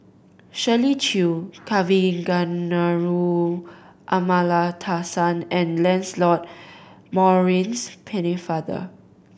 Shirley Chew Kavignareru Amallathasan and Lancelot Maurice Pennefather